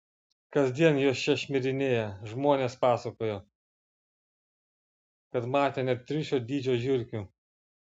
kasdien jos čia šmirinėja žmonės pasakojo kad matę net triušio dydžio žiurkių